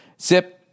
Zip